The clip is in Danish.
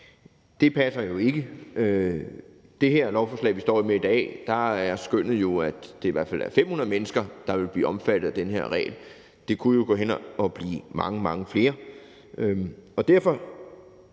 Det passer jo ikke. I forhold til det her lovforslag, vi står med i dag, er skønnet jo, er det i hvert fald er 500 mennesker, der vil blive omfattet af den her regel. Det kunne jo gå hen og blive mange, mange flere. Derfor